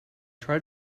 try